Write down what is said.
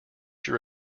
your